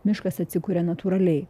miškas atsikuria natūraliai